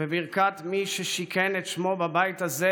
בברכת "מי ששיכן את שמו בבית הזה